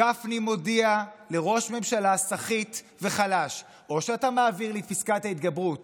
גפני מודיע לראש ממשלה סחיט וחלש: או שאתה מעביר לי את פסקת ההתגברות